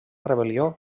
rebel·lió